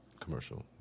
Commercial